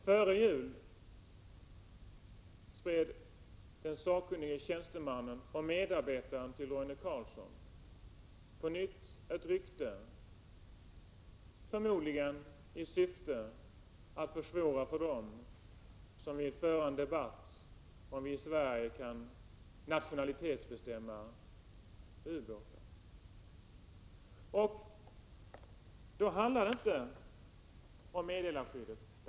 Före jul spred den sakkunnige tjänstemannen och medarbetaren till Roine Carlsson på nytt ett rykte, förmodligen i syfte att försvåra för dem som vill föra en debatt om huruvida vi i Sverige kan nationalitetsbestämma ubåtar. Då handlar det inte om meddelarskyddet.